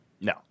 No